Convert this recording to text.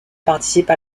participe